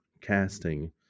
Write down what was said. casting